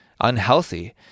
unhealthy